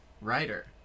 writer